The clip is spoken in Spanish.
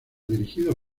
dirigidos